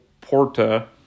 Porta